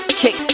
kick